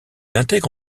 intègre